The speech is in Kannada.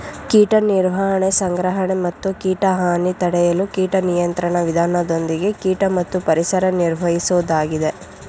ಕೀಟ ನಿರ್ವಹಣೆ ಸಂಗ್ರಹಣೆ ಮತ್ತು ಕೀಟ ಹಾನಿ ತಡೆಯಲು ಕೀಟ ನಿಯಂತ್ರಣ ವಿಧಾನದೊಂದಿಗೆ ಕೀಟ ಮತ್ತು ಪರಿಸರ ನಿರ್ವಹಿಸೋದಾಗಿದೆ